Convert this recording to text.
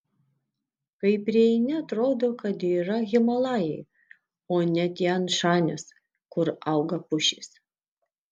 kai prieini atrodo kad yra himalajai o ne tian šanis kur auga pušys